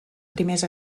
primers